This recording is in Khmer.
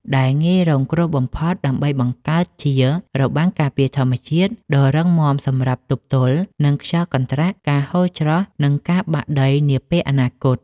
ដែលងាយរងគ្រោះបំផុត ដើម្បីបង្កើតជា របាំងការពារធម្មជាតិ ដ៏រឹងមាំសម្រាប់ទប់ទល់នឹងខ្យល់កន្ត្រាក់ ការហូរច្រោះ និងការបាក់ដីនាពេលអនាគត។